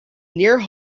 near